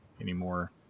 anymore